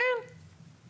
כן, בטח.